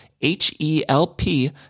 H-E-L-P